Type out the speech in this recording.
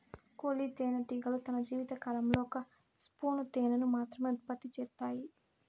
కూలీ తేనెటీగలు తన జీవిత కాలంలో ఒక స్పూను తేనెను మాత్రమె ఉత్పత్తి చేత్తాయి